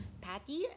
Patty